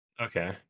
Okay